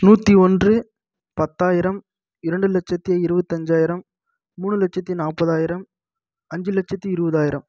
நூற்றி ஒன்று பத்தாயிரம் இரண்டு லட்சத்தி இருபத்தஞ்சாயிரம் மூணு லட்சத்தி நாற்பதாயிரம் அஞ்சு லட்சத்தி இருபதாயிரம்